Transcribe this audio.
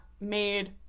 made